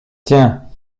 tiens